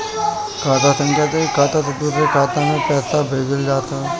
खाता संख्या से एक खाता से दूसरा खाता में पईसा भेजल जात हवे